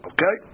Okay